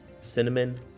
cinnamon